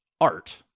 art